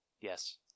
Yes